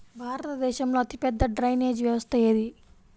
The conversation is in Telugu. భారతదేశంలో అతిపెద్ద డ్రైనేజీ వ్యవస్థ ఏది?